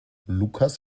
lukas